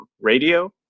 radio